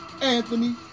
Anthony